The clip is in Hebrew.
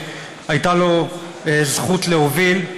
שהייתה לו הזכות להוביל,